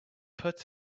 put